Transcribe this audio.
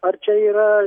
ar čia yra